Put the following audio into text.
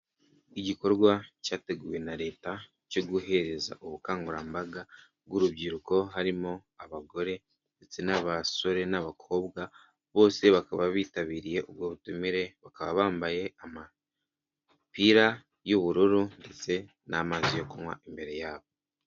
Igikorwa cyateguwe na leta cyo guhereza ubukangurambaga bw'urubyiruko, harimo abagore ndetse n'abasore, n'abakobwa bose bakaba bitabiriye ubwo butumire bakaba bambaye amapira y'ubururu ndetse n'amazi yo kunywa imbere yabo.